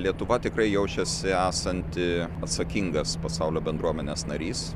lietuva tikrai jaučiasi esanti atsakingas pasaulio bendruomenės narys